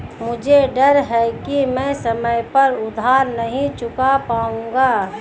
मुझे डर है कि मैं समय पर उधार नहीं चुका पाऊंगा